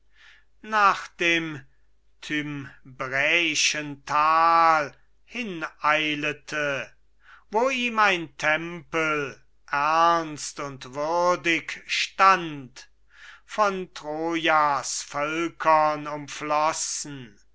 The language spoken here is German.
nach dem thymbräischen tal hineilete wo ihm ein tempel ernst und würdig stand von trojas völkern umflossen